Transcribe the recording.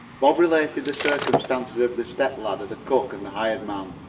bob related the circumstances of the step-ladder, the cook and the hired man.